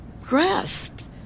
grasped